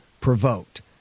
Provoked